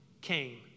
came